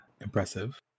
impressive